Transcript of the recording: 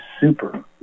super